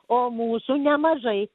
o mūsų nemažai